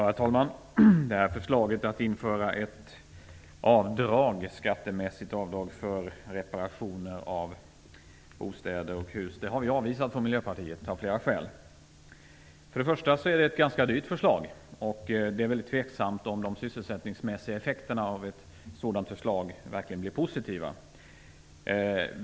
Herr talman! Förslaget att införa ett skattemässigt avdrag för reparationer av bostäder och hus har vi från Miljöpartiet avvisat av flera skäl. Det är ett ganska dyrt förslag, och det är tveksamt om de sysselsättningsmässiga effekterna av ett sådant förslag verkligen blir positiva.